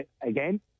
again